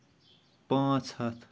پانژھ ہَتھ